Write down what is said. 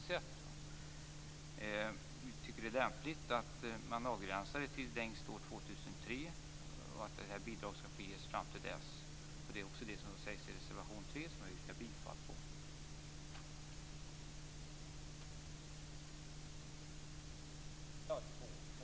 Vi tycker att det är lämpligt att avgränsa det till längst år 2003, alltså att bidrag får ges fram till dess. Det sägs i reservation 2 under mom. 3 som jag yrkar bifall till.